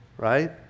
Right